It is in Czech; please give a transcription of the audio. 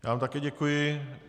Já vám také děkuji.